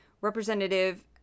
Representative